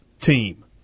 team